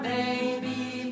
baby